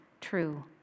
true